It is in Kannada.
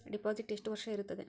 ಡಿಪಾಸಿಟ್ ಎಷ್ಟು ವರ್ಷ ಇರುತ್ತದೆ?